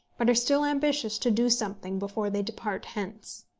but are still ambitious to do something before they depart hence.